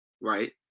right